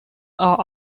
are